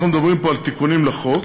אנחנו מדברים פה על תיקונים לחוק,